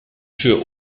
für